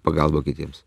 pagalbą kitiems